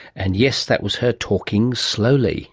and yes, that was her talking slowly!